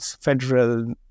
federal